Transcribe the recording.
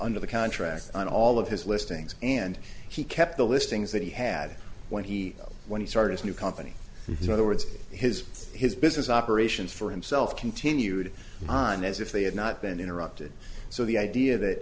under the contract and all of his listings and he kept the listings that he had when he when he started a new company you know the words his his business operations for himself continued on as if they had not been interrupted so the idea that